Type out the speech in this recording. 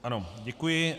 Ano, děkuji.